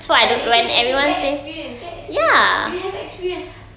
like they say they say get experience get experience we have experience